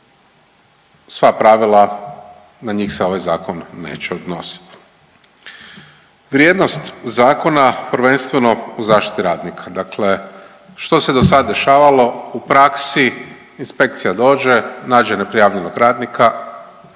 sva pravila, na njih se ovaj Zakon neće odnositi. Vrijednost zakona prvenstveno u zaštiti radnika. Dakle što se do sad dešavalo u praksi? Inspekcija dođe, nađe neprijavljenog radnika